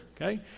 okay